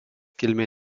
kilmė